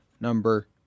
number